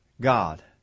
God